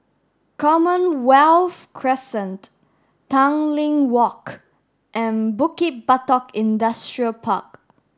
Commonwealth Crescent Tanglin Walk and Bukit Batok Industrial Park